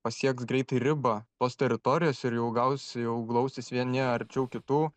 pasieks greitai ribą tos teritorijos ir jau gaus jau glaustis vieni arčiau kitų